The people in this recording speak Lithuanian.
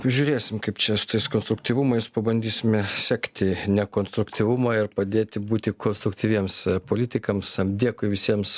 žiūrėsim kaip čia su tais konstruktyvumais pabandysime sekti ne konstruktyvumą ir padėti būti konstruktyviems politikams dėkui visiems